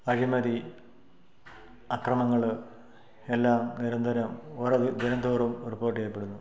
അഴിമതി അക്രമങ്ങൾ എല്ലാം നിരന്തരം ഓരോ ദിനം തോറും റിപ്പോർട്ട് ചെയ്യപ്പെടുന്നു